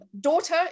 daughter